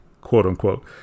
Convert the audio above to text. quote-unquote